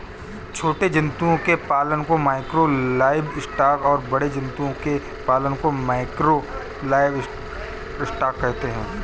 छोटे जंतुओं के पालन को माइक्रो लाइवस्टॉक और बड़े जंतुओं के पालन को मैकरो लाइवस्टॉक कहते है